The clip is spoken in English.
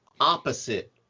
opposite